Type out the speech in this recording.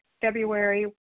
February